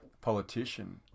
politician